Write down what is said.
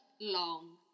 long